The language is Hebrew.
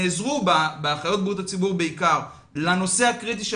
נעזרו באחיות בריאות הציבור בעיקר לנושא הקריטי של